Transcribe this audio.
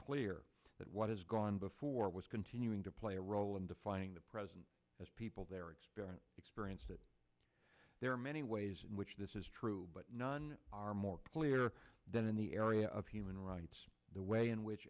clear that what has gone before was continuing to play a role in defining the present as people there experience experience that there are many ways in which this is true but none are more clear than in the area of human rights the way in which